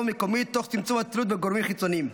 מקומית תוך צמצום התלות בגורמים חיצוניים.